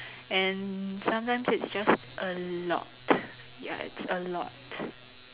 and sometimes it's just a lot ya it's a lot